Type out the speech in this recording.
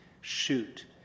shoot